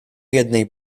jednej